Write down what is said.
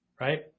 right